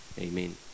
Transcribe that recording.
Amen